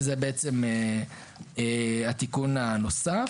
וזה בעצם התיקון הנוסף.